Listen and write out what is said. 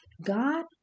God